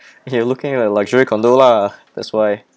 okay looking at luxury condo lah that's why